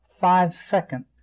five-second